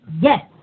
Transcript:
yes